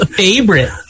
favorite